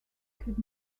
could